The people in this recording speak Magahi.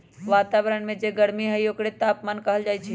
वतावरन में जे गरमी हई ओकरे तापमान कहल जाई छई